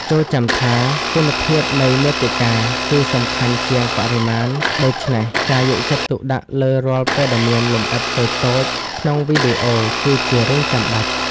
ចូរចាំថា គុណភាពនៃមាតិកាគឺសំខាន់ជាងបរិមាណ ដូច្នេះការយកចិត្តទុកដាក់លើរាល់ព័ត៌មានលម្អិតតូចៗក្នុងវីដេអូគឺជារឿងចាំបាច់។